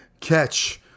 catch